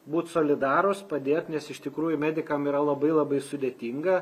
būt solidarūs padėt nes iš tikrųjų medikam yra labai labai sudėtinga